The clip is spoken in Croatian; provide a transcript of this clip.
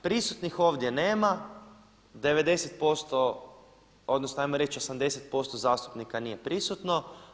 Prisutnih ovdje nema, 90% odnosno hajmo reći 80% zastupnika nije prisutno.